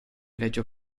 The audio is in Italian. reggio